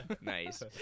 Nice